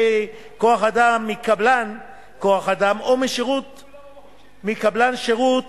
כוח-אדם מקבלן כוח-אדם או מקבלן שירות